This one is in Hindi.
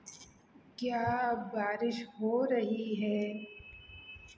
क्या बारिश हो रही है